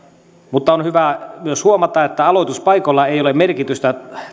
on hyvä myös huomata että aloituspaikoilla ei ole merkitystä